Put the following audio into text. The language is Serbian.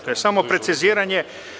To je samo preciziranje.